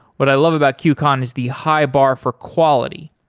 what i love about qcon is the high bar for quality,